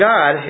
God